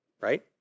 right